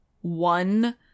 one